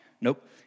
Nope